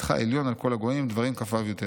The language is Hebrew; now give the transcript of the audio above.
'לתתך עליון על כל הגויים' (דברים כ"ו, י"ט).